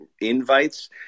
invites